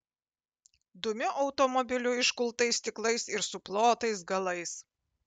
dumiu automobiliu iškultais stiklais ir suplotais galais